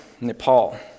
Nepal